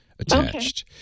Attached